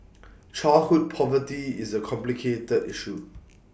childhood poverty is A complicated issue